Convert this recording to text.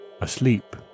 Asleep